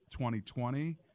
2020